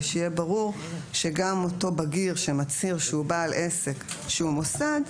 שיהיה ברור שגם אותו בגיר שמצהיר שהוא בעל עסק שהוא מוסד,